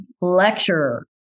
lecturer